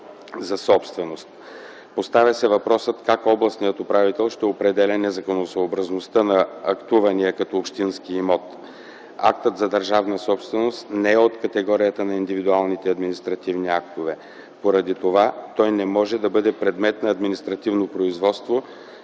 на собственост. Поставя се въпросът как областният управител ще определя незаконосъобразността на актувания като общински имот. Актът за държавна собственост не е от категорията на индивидуалните административни актове. Поради това той не може да бъде предмет на административно производство,